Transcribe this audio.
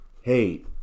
hey